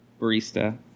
barista